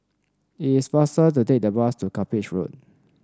it is faster to take the bus to Cuppage Road